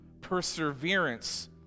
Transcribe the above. perseverance